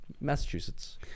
Massachusetts